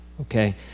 okay